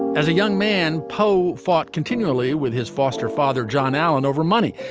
as a young man poe fought continually with his foster father john allen over money.